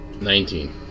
Nineteen